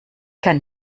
kann